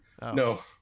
no